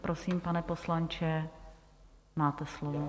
Prosím, pane poslanče, máte slovo.